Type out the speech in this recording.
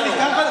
זה שיעמום קצה.